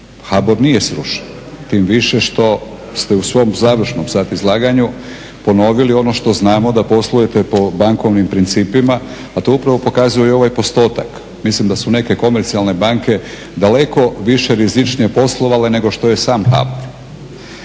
HBOR nije srušen. Tim više što ste u svom završnom sad izlaganju ponovili ono što znamo da poslujete po bankovnim principima, a to upravo pokazuje i ovaj postotak. Mislim da su neke komercijalne banke daleko više rizičnije poslovale nego što je sam HBOR.